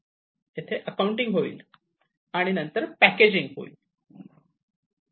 येथे अकाउंटिंग होईल आणि नंतर पॅकेजिंग होईल